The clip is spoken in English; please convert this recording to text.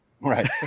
right